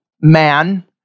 man